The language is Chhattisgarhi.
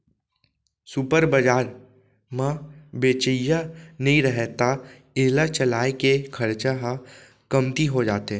सुपर बजार म बेचइया नइ रहय त एला चलाए के खरचा ह कमती हो जाथे